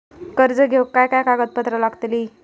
कर्ज घेऊक काय काय कागदपत्र लागतली?